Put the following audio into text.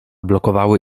blokowały